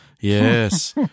Yes